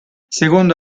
secondo